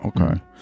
okay